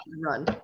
Run